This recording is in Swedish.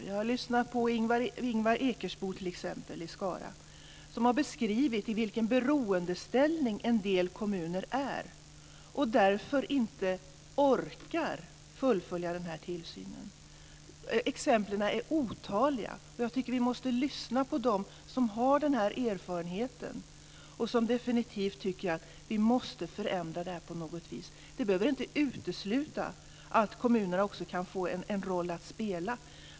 Jag har t.ex. lyssnat på Ingvar Ekesbo i Skara, som har beskrivit i vilken beroendeställning en del kommuner är och hur de därför inte orkar fullfölja den här tillsynen. Exemplen är otaliga. Jag tycker att vi måste lyssna på dem som har den här erfarenheten och som definitivt tycker att vi måste förändra detta något vis. Det behöver inte utesluta att kommunerna också kan få en roll att spela.